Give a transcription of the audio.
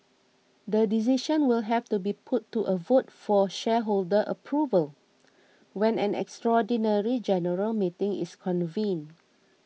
the decision will have to be put to a vote for shareholder approval when an extraordinary general meeting is convened